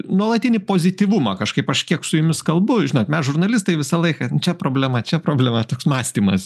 nuolatinį pozityvumą kažkaip aš kiek su jumis kalbu žinot mes žurnalistai visą laiką čia problema čia problema toks mąstymas